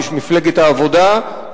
איש מפלגת העבודה,